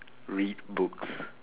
read books